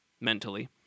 mentally